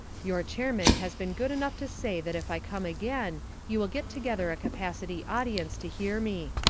your chairman has been good enough to say that if i come again you will get together a capacity audience to hear me.